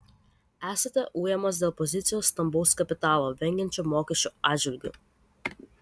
esate ujamas dėl pozicijos stambaus kapitalo vengiančio mokesčių atžvilgiu